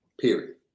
period